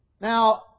Now